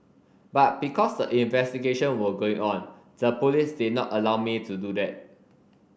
but because the investigation were going on the police did not allow me to do that